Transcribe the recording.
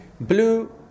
Blue